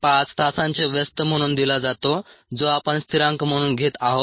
5 तासांच्या व्यस्त म्हणून दिला जातो जो आपण स्थिरांक म्हणून घेत आहोत